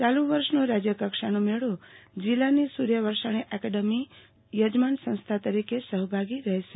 ચાલુ વર્ષનો રાજયકક્ષાનો મેળો જિલ્લાની સુર્યા વરસાણી એકેડમી યજમાન સંસ્થા તરીકે સહભાગી રહેશે